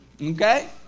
Okay